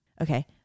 Okay